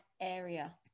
area